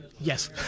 Yes